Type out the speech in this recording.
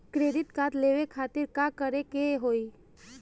Credit card लेवे खातिर का करे के होई?